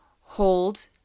Hold